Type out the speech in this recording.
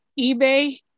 eBay